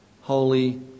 holy